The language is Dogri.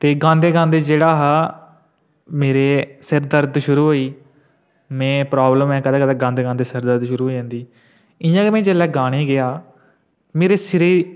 ते गांदे गांदे जेह्ड़ा हा मेरे सिर दर्द शुरु होई में प्राब्लम ऐ कदें कदें गांदे गांदे सिर दर्द शुरू होई जंदी इ'यां गै में जेल्लै गान ई गेआ मेरे सिरै ई